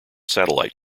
satellite